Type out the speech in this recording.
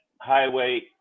highway